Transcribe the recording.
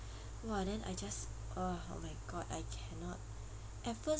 !wah! then I just ugh oh my god I cannot at first